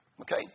Okay